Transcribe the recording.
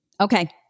Okay